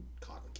cotton